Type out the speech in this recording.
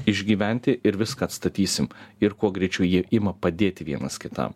išgyventi ir viską atstatysim ir kuo greičiau jie ima padėti vienas kitam